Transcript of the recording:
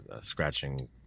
scratching